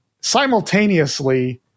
simultaneously